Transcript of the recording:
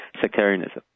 sectarianism